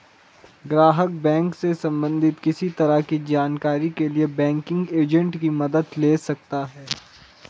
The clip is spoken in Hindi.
ग्राहक बैंक से सबंधित किसी तरह की जानकारी के लिए बैंकिंग एजेंट की मदद ले सकता है